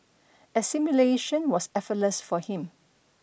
assimilation was effortless for him